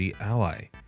Ally